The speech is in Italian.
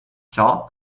ciò